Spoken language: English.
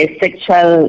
sexual